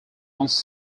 once